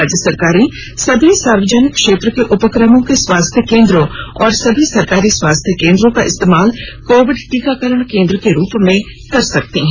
राज्य सरकारें सभी सार्वजनिक क्षेत्र के उपक्रमों के स्वास्थ्य केन्द्रों और सभी सरकारी स्वास्थ्य केन्द्रों का इस्तेमाल कोविड टीकाकरण केन्द्र के रूप में कर सकती हैं